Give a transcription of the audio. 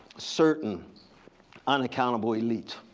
certain unaccountable elite,